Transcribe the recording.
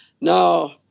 Now